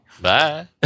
Bye